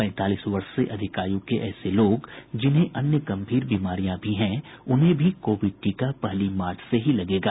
पैंतालीस वर्ष से अधिक आयु के ऐसे लोग जिन्हें अन्य गंभीर बीमारियां भी हैं उन्हें भी कोविड टीका पहली मार्च से ही लगेगा